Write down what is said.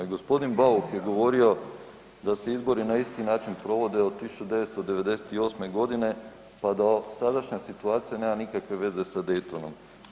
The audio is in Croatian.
I gospodin Bauk je govorio da se izbori na isti način provode od 1998. godine pa da sadašnja situacija nema nikakve veze sa Daytonom.